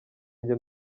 njye